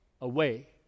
away